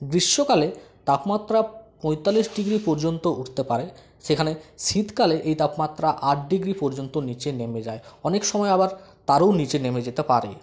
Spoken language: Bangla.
গ্রীষ্মকালে তাপমাত্রা পঁয়তাল্লিশ ডিগ্রি পর্যন্ত উঠতে পারে সেখানে শীতকালে এই তাপমাত্রা আট ডিগ্রি পর্যন্ত নীচে নেমে যায় অনেক সময় আবার তারও নীচে নেমে যেতে পারে